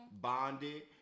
bonded